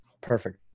Perfect